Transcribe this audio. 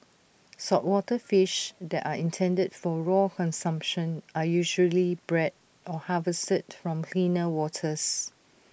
saltwater fish that are intended for raw consumption are usually bred or harvested from cleaner waters